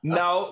no